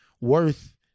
worth